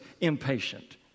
impatient